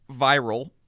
viral